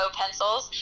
pencils